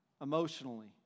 emotionally